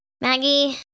Maggie